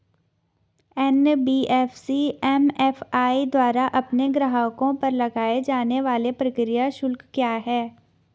NBFC MFI द्वारा अपने ग्राहकों पर लगाए जाने वाले प्रक्रिया शुल्क क्या क्या हैं?